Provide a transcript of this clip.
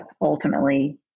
ultimately